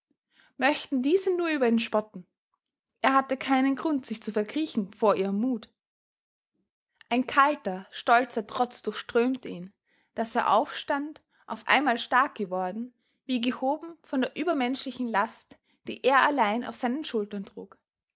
möchten diese nur über ihn spotten er hatte keinen grund sich zu verkriechen vor ihrem mut ein kalter stolzer trotz durchströmte ihn daß er aufstand auf einmal stark geworden wie gehoben von der übermenschlichen last die er allein auf seinen schultern trug